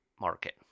market